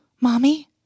Mommy